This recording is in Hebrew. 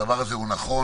הדבר הזה הוא נכון.